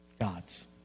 God's